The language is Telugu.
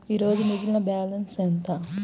ఈరోజు మిగిలిన బ్యాలెన్స్ ఎంత?